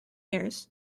years